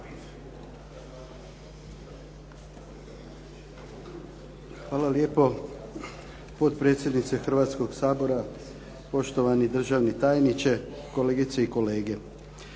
Hvala lijepo, potpredsjednice Hrvatskoga sabora. Poštovani državni tajniče, kolegice i kolege.